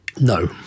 no